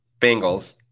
Bengals